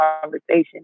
conversation